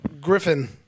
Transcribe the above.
Griffin